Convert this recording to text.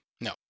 No